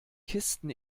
kisten